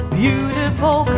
beautiful